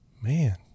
Man